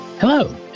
Hello